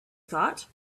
thought